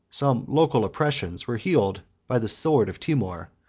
some local oppressions, were healed by the sword of timour,